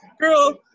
girl